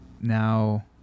now